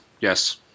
yes